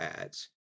Ads